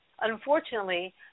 unfortunately